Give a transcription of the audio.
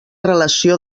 relació